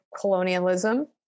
colonialism